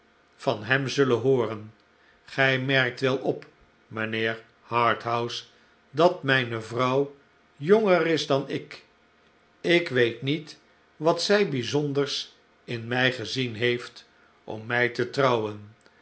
van hem zullen hooren gij merkt wel op mijnheer harthouse dat mijne vrouw jonger is dan ik ik weet niet wat zij bijzonders in mij gezien heeft om mij te trouwen